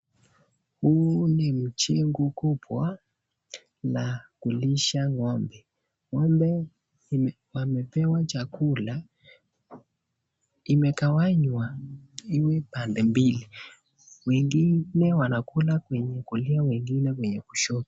Huu ni mjengo mkubwa wa kulisha ngombe, ngombe wamepewa chakula, imegawanywa hivi pande mbili, wengine wanakula kwenye kulia wengine ni kushoto.